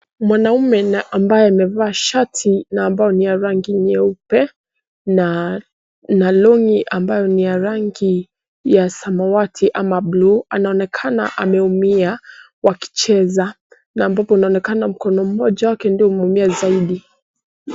Mwanaume na ambaye amevaa shati na ambao ni ya rangi nyeupe na (cs)long(cs) ambayo ni ya rangi ya samawati ama bluu anaonekana ameumia wakicheza na ambapo anaonekana mkono mmoja wake ndio umeumia zaidi.